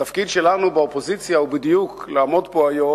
התפקיד שלנו באופוזיציה הוא בדיוק לעמוד פה היום,